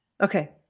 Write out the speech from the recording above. Okay